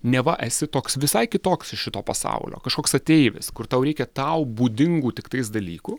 neva esi toks visai kitoks iš šito pasaulio kažkoks ateivis kur tau reikia tau būdingų tiktais dalykų